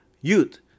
Youth